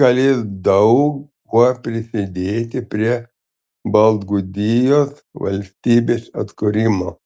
galės daug kuo prisidėti prie baltgudijos valstybės atkūrimo